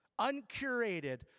uncurated